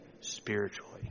spiritually